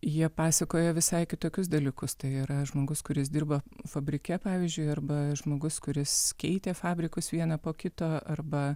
jie pasakojo visai kitokius dalykus tai yra žmogus kuris dirba fabrike pavyzdžiui arba žmogus kuris keitė fabrikus vieną po kito arba